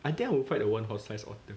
I think I will fight the one horse-sized otter